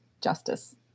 justice